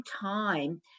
time